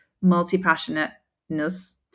multi-passionateness